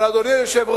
אבל, אדוני היושב-ראש,